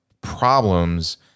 problems